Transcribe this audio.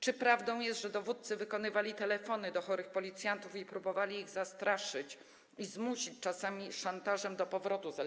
Czy prawdą jest, że dowódcy wykonywali telefony do chorych policjantów i próbowali ich zastraszyć i zmusić - czasami szantażem - do powrotu z L4?